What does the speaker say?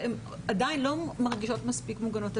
הן עדיין לא מרגישות מספיק מוגנות.